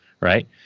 Right